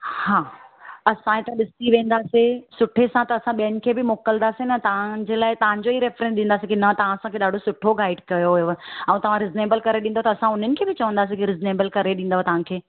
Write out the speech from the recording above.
हा असां त ॾिसी वेंदासे सुठे सां त ॿियनि खे बि मोकिलींदासे न तव्हांजे लाइ तव्हांजो ई रेफरंस ॾींदासीं की न तव्हां असांखे ॾाढो सुठो गाइड कयो हुयुव ऐं तव्हां रिजनेबल करे ॾींदव त उन्हनि खे बि चवंदासीं कि रिजनेबल करे ॾींदव तव्हांखे